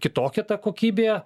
kitokia ta kokybė